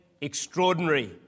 extraordinary